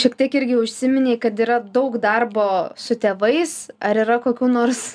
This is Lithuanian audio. šiek tiek irgi užsiminei kad yra daug darbo su tėvais ar yra kokių nors